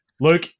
Luke